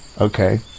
Okay